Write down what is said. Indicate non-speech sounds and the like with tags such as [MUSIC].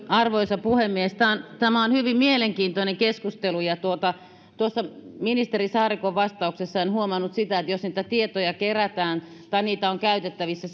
arvoisa puhemies tämä on hyvin mielenkiintoinen keskustelu en huomannut oliko tuossa ministeri saarikon vastauksessa sitä että jos niitä tietoja kerätään tai niitä on käytettävissä [UNINTELLIGIBLE]